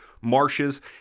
marshes